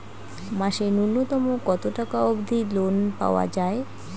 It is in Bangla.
মাসে নূন্যতম কতো টাকা অব্দি লোন পাওয়া যায়?